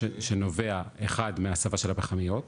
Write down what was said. שנובע אחד מההסבה של הפחמיות,